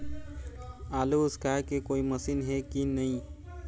आलू उसकाय के कोई मशीन हे कि नी?